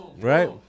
Right